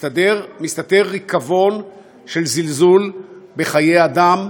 מסתתר ריקבון של זלזול בחיי אדם,